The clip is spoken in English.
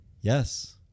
yes